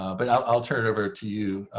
um but i'll i'll turn it over to you